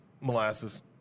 molasses